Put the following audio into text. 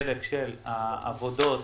חלק של העבודות